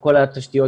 כל התשתיות